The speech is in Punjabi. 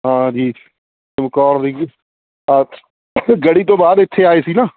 ਹਾਂ ਜੀ ਚਮਕੌਰ ਦੀ ਗੜੀ ਤੋਂ ਬਾਅਦ ਇੱਥੇ ਆਏ ਸੀ ਨਾ